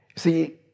See